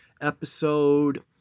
episode